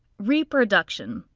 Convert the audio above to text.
reproduction.